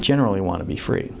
generally want to be free